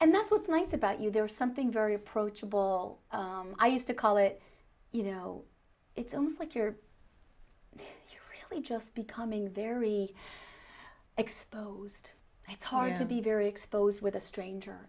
and that's what's nice about you there is something very approachable i used to call it you know it's almost like you're really just becoming very exposed i tired to be very exposed with a stranger